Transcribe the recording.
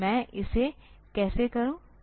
तो मैं इसे कैसे करूं